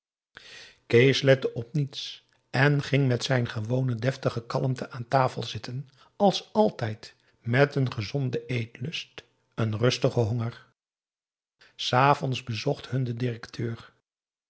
kees lette op niets en ging met zijn gewone deftige kalmte aan tafel zitten als altijd met een gezonden eetlust een rustigen honger s avonds bezocht hun de directeur